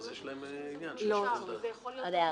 יש להם עניין --- עוד הערה.